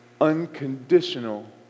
Unconditional